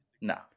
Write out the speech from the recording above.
No